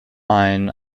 ein